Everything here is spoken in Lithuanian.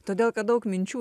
todėl kad daug minčių